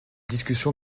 discussion